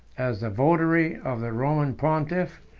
as the votary of the roman pontiff,